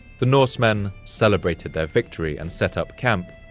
the norsemen celebrated their victory and set up camp,